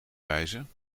wijzen